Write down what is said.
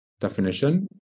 definition